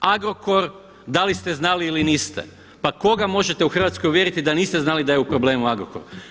Agrokor, da li ste znali ili niste, pa koga možete u Hrvatskoj uvjeriti da niste znali da je u problemu Agrokor?